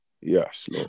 Yes